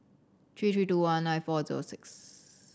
three three two one nine four zero six